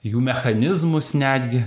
jų mechanizmus netgi